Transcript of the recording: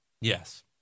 Yes